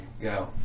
Go